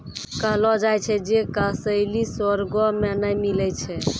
कहलो जाय छै जे कसैली स्वर्गो मे नै मिलै छै